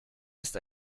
ist